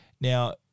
Now